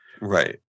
Right